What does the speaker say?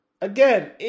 Again